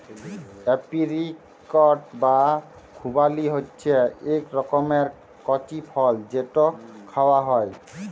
apricot বা খুবালি হছে ইক রকমের কঁচি ফল যেট খাউয়া হ্যয়